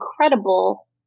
incredible